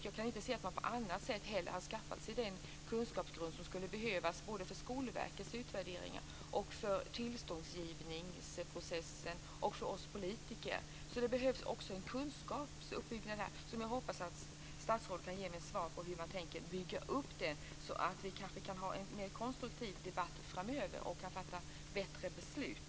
Jag kan inte heller se att man på annat sätt har skaffat sig den kunskapsgrund som skulle behövas för Skolverkets utvärderingar, för tillståndsgivningsprocessen och för oss politiker. Det behövs här en kunskap som jag hoppas att statsrådet kan svara mig på hur man tänker bygga upp, så att vi kanske kan ha en mer konstruktiv debatt framöver och kan fatta bättre beslut.